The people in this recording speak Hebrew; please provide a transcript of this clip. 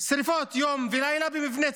שרפות יום ולילה במבני ציבור.